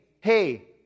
hey